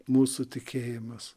mūsų tikėjimas